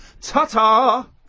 Ta-ta